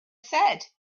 said